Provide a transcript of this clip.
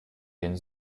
den